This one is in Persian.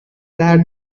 درد